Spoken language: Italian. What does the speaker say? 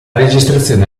registrazione